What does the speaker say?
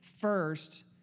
first